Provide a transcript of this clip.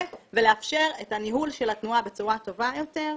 ולאפשר את הניהול של התנועה בצורה טובה יותר.